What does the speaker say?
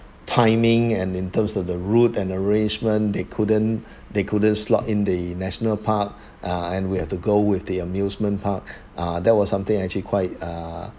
timing and in terms of the route and arrangement they couldn't they couldn't slot in the national park ah and we have to go with the amusement park ah that was something actually quite uh